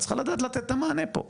צריכה לדעת לתת את המענה פה ובסוף,